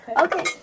Okay